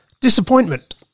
disappointment